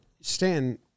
Stan